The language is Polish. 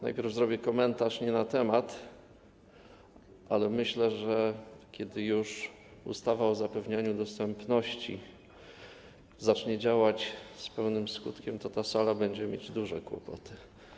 Najpierw wygłoszę komentarz nie na temat, ale myślę, że kiedy już ustawa o zapewnianiu dostępności zacznie działać z pełnym skutkiem, to ta sala będzie mieć duże kłopoty.